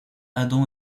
adam